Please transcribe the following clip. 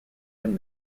him